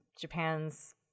Japan's